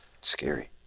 Scary